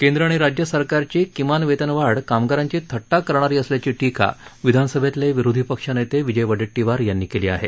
केंद्र आणि राज्यसरकारची किमान वेतनवाढ कामगारांची थट्टा करणारी असल्याची टीका विधानसभेतले विरोधी पक्षनेते विजय वडेट्टीवार यांनी केली आहे